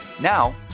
Now